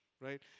right